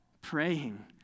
praying